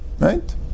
Right